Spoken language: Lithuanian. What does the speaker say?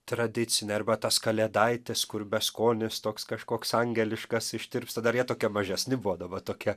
tradicinė arba tas kalėdaitis kur beskonis toks kažkoks angeliškas ištirpsta dar jie tokie mažesni buvo daba tokie